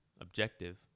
objective